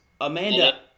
Amanda